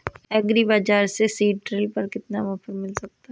Agree बाजार से seed drill पर कितना ऑफर मिल सकता है?